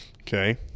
Okay